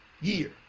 year